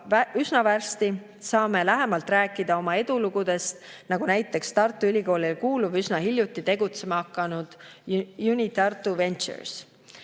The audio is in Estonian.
üsna varsti saame lähemalt rääkida oma edulugudest, nagu näiteks Tartu Ülikoolile kuuluv üsna hiljuti tegutsema hakanud UniTartu Ventures.